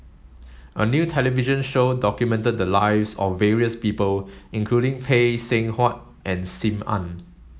a new television show documented the lives of various people including Phay Seng Whatt and Sim Ann